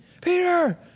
Peter